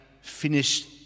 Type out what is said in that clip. finished